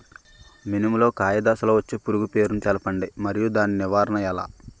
మినుము లో కాయ దశలో వచ్చే పురుగు పేరును తెలపండి? మరియు దాని నివారణ ఎలా?